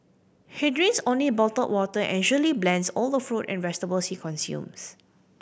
he drinks only bottled water and usually blends all the fruit and vegetables he consumes